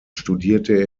studierte